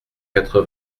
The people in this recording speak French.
quatre